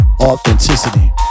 Authenticity